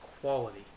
quality